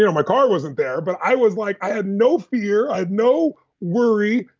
yeah my car wasn't there, but i was like, i had no fear, i had no worry.